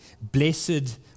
Blessed